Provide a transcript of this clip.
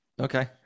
okay